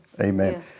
Amen